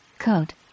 Coat